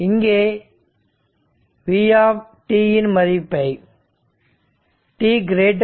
இங்கே v மதிப்பை t0 t0